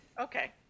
Okay